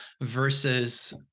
versus